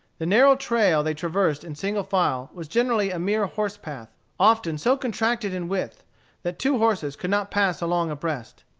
the narrow trail they traversed in single file was generally a mere horse-path, often so contracted in width that two horses could not pass along abreast.